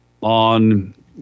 on